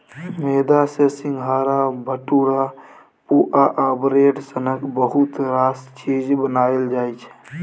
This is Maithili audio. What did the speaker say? मेदा सँ सिंग्हारा, भटुरा, पुआ आ ब्रेड सनक बहुत रास चीज बनाएल जाइ छै